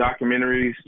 documentaries